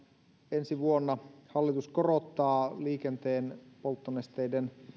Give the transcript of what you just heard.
ensi vuonna hallitus korottaa liikenteen polttonesteiden